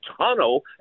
tunnel